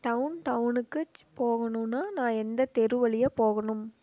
டௌன்டவுனுக்குச் போகணும்னா நான் எந்தத் தெரு வழியாக போகணும்